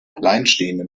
alleinstehende